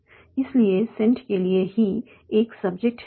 इसलिए सेंट के लिए 'ही' एक सब्जेक्ट है